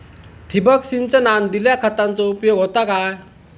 ठिबक सिंचनान दिल्या खतांचो उपयोग होता काय?